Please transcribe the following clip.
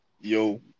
Yo